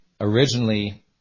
originally